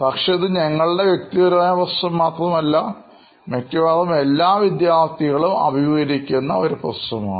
പക്ഷേ ഇത് ഞങ്ങളുടെ വ്യക്തിപരമായ പ്രശ്നം മാത്രമല്ല മിക്കവാറും എല്ലാ വിദ്യാർത്ഥികളും അഭിമുഖീകരിക്കുന്ന ഒരു പ്രശ്നമാണ്